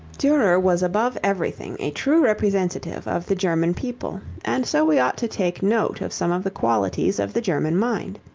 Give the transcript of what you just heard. durer was above everything a true representative of the german people, and so we ought to take note of some of the qualities of the german mind.